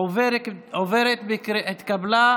נתקבל.